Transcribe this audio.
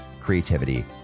creativity